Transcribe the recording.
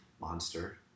monster